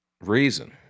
reason